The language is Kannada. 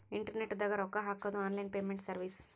ಇಂಟರ್ನೆಟ್ ದಾಗ ರೊಕ್ಕ ಹಾಕೊದು ಆನ್ಲೈನ್ ಪೇಮೆಂಟ್ ಸರ್ವಿಸ್